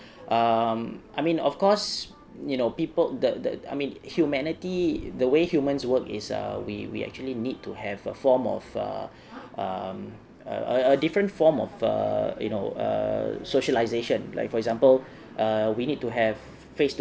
um I mean of course you know people the the I mean humanity the way humans work is err we we actually need to have a form of err um a a different form of err you know err socialisation like for example err we need to have face to